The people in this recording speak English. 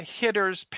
hitters